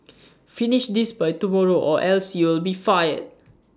finish this by tomorrow or else you'll be fired